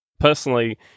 personally